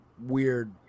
weird